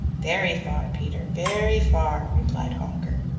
very far, peter very far, replied honker.